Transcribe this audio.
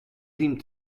riem